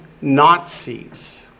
Nazis